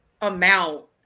amount